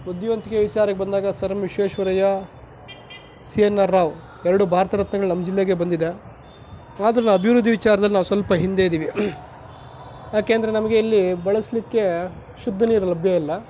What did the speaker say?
ಬುದ್ದಿವಂತಿಕೆ ವಿಚಾರಕ್ಕೆ ಬಂದಾಗ sir M Visvesvaraya C N R Rao ಎರಡೂ ಭಾರತ ರತ್ನಗಳು ನಮ್ಮ ಜಿಲ್ಲೆಗೇ ಬಂದಿದೆ ಆದರೂ ಅಭಿವೃದ್ಧಿ ವಿಚಾರದಲ್ಲಿ ನಾವು ಸ್ವಲ್ಪ ಹಿಂದೆ ಇದ್ದೀವಿ ಯಾಕೆಂದರೆ ನಮಗೆ ಇಲ್ಲಿ ಬಳಸಲಿಕ್ಕೆ ಶುದ್ಧ ನೀರು ಲಭ್ಯ ಇಲ್ಲ